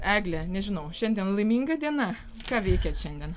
egle nežinau šiandien laiminga diena ką veikėt šiandien